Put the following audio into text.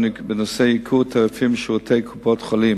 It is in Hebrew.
ב"הארץ" מ-19 במאי 2009 פורסם כי ברשימת צמחים "חסכני מים"